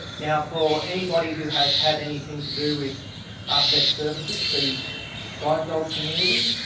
now, for anybody who has had anything to do with vet services, the guide dog community